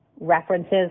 references